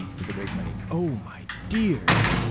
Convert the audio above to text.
with a great many oh, my dears,